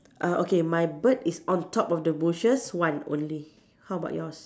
err okay my bird is on top of the bushes one only how about yours